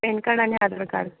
PAN card आणि आधारकार्ड